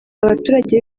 abaturage